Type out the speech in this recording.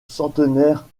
centenaire